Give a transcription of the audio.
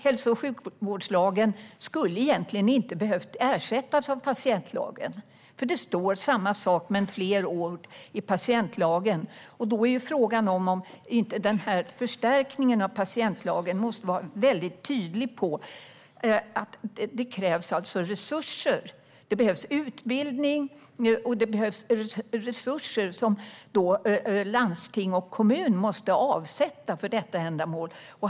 Hälso och sjukvårdslagen skulle egentligen inte ha behövt ersättas av patientlagen, för i patientlagen står samma sak fast med fler ord. Då är frågan om inte den här förstärkningen av patientlagen måste vara mycket tydlig med att det krävs resurser. Det behövs utbildning och det behövs resurser som landsting och kommun måste avsätta för detta ändamål.